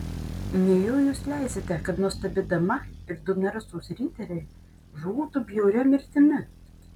nejau jūs leisite kad nuostabi dama ir du narsūs riteriai žūtų bjauria mirtimi